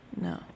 No